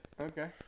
Okay